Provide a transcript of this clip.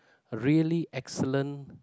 really excellent